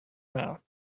mouth